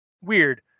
weird